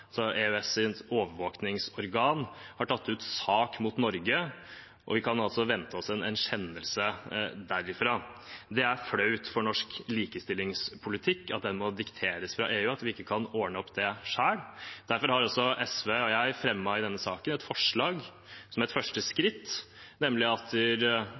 EØS’ overvåkingsorgan – har tatt ut sak mot Norge, og vi kan altså vente en kjennelse derfra. Det er flaut for norsk likestillingspolitikk at den må dikteres fra EU, og at vi ikke kan ordne opp i dette selv. Derfor har SV og jeg i denne saken fremmet forslag, som et første skritt, om at